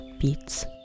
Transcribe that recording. beats